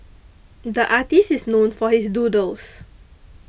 the artist is known for his doodles